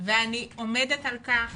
ואני עומדת על כך